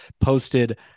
posted